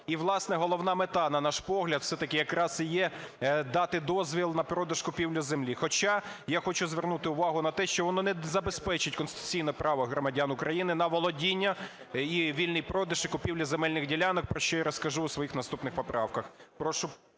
І, власне, головне мета, на наш погляд, все-таки якраз і є дати дозвіл на продаж-купівлю землі. Хоча я хочу звернути увагу на те, що воно не забезпечить конституційне право громадян України на володіння і вільний продаж і купівлю земельних ділянок, про що я розкажу у своїх наступних поправках.